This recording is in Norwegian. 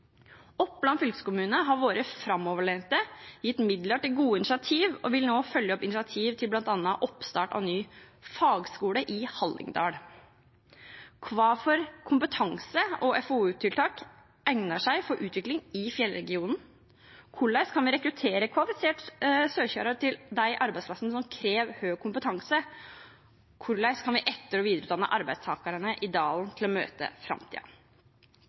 Oppland fylkeskommune har vært framoverlent, gitt midler til gode initiativ og vil nå følge opp initiativ til bl.a. oppstart av ny fagskole i Hallingdal. Hvilke kompetanse- og FoU-tiltak egner seg for utvikling i fjellregionen? Hvordan kan vi rekruttere kvalifiserte søkere til de arbeidsplassene som krever høy kompetanse? Hvordan kan vi etter- og videreutdanne arbeidstakerne i dalen til å møte